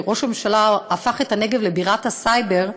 ראש הממשלה הפך את הנגב לבירת הסייבר,